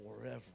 forever